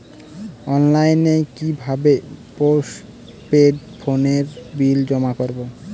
অনলাইনে কি ভাবে পোস্টপেড ফোনের বিল জমা করব?